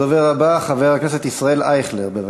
הדובר הבא, חבר הכנסת ישראל אייכלר, בבקשה.